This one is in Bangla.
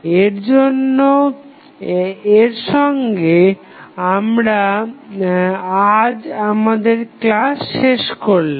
এরসঙ্গে আমরা আজ আমাদের ক্লাস শেষ করলাম